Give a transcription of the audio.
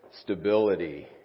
stability